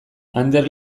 ander